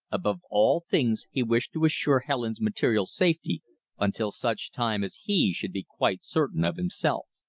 above all things he wished to assure helen's material safety until such time as he should be quite certain of himself.